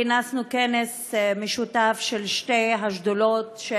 כינסנו כנס משותף של שתי השדולות: